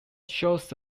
shows